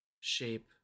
shape